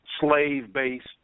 slave-based